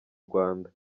rwanda